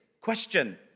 question